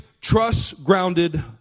trust-grounded